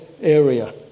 area